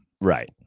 Right